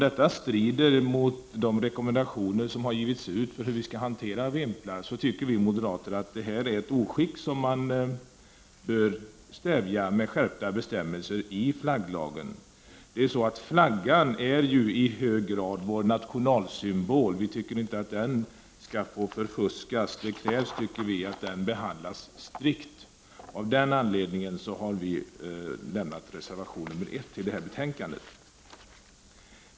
Detta strider mot utgivna rekommendationer om hur vi skall hantera vimplar, och det anser vi moderater är ett oskick, som man bör stävja med skärpta bestämmelser i flagglagen. Flaggan är ju i hög grad vår nationalsymbol, och vi tycker inte att den skall få förfuskas. Vi anser att det krävs att den behandlas strikt. Av den anledningen har vi avgivit reservation 1 till detta betänkande.